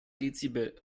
dezibel